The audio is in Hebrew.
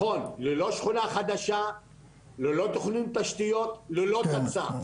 ללא תכנון תשתיות וללא תצ"ר.